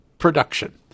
production